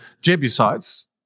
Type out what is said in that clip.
Jebusites